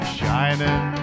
shining